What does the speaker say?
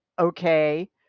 okay